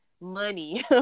money